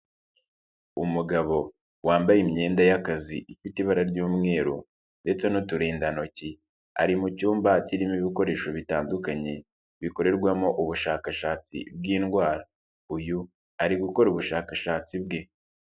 Umugabo wambaye imyenda y'akazi ifite ibara ry'umweru ndetse n'uturindantoki, ari mu cyumba kirimo ibikoresho bitandukanye, bikorerwamo ubushakashatsi bw'indwara. Uyu ari gukora ubushakashatsi bwe.